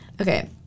Okay